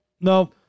no